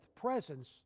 presence